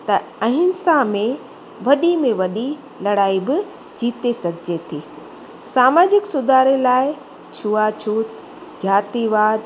त अहिंसा में वॾी में वॾी लड़ाई बि जीते सघिजे थी सामाजिक सुधारे लाइ छुआछूत जातिवाद